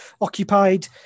occupied